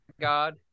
God